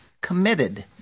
committed